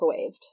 microwaved